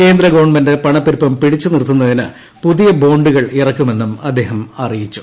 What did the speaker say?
കേന്ദ്ര ഗവൺമെന്റ് പണപ്പെരുപ്പം പിടിച്ച് നിർത്തുന്നതിന്റ് പ്രിപുതിയ ബോണ്ടുകൾ ഇറക്കുമെന്നും അദ്ദേഹം അറിയിച്ചു